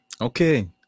Okay